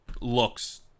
looks